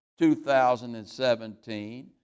2017